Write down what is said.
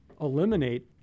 eliminate